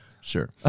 sure